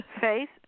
Faith